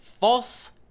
False